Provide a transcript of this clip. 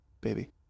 baby